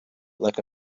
like